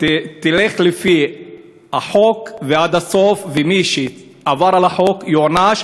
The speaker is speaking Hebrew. על-פי החוק, ועד הסוף, ומי שעבר על החוק, ייענש.